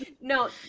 No